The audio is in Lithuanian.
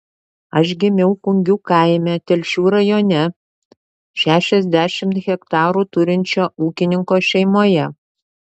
aš gimiau kungių kaime telšių rajone šešiasdešimt hektarų turinčio ūkininko šeimoje